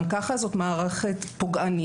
גם כך זאת מערכת פוגענית.